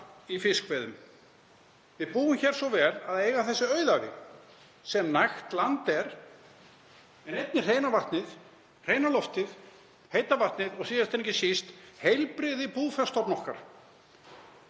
í fiskveiðum. Við búum hér svo vel að eiga þau auðæfi sem nægt land er, en einnig hreina vatnið, hreina loftið, heita vatnið og síðast en ekki síst heilbrigði búfjárstofna okkar.